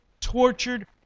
tortured